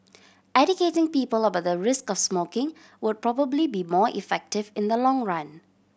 educating people about the risks of smoking would probably be more effective in the long run